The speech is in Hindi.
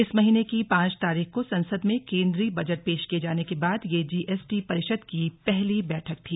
इस महीने की पांच तारीख को संसद में केन्द्रीय बजट पेश किए जाने के बाद यह जीएसटी परिषद की पहली बैठक थी